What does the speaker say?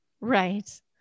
Right